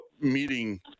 meeting